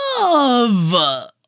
love